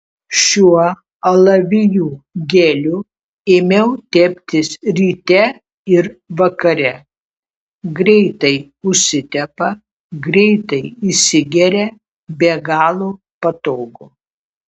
šiuo alavijų geliu ėmiau teptis ryte ir vakare greitai užsitepa greitai įsigeria be galo patogu